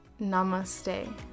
Namaste